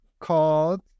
called